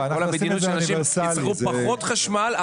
כל המדיניות שאנשים יצרכו פחות חשמל,